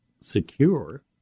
secure